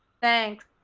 thank